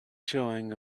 showing